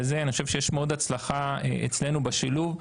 אני חושב שיש מאוד הצלחה אצלנו בשילוב,